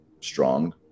strong